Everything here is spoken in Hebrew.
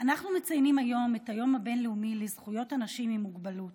אנחנו מציינים היום את היום הבין-לאומי לזכויות אנשים עם מוגבלות.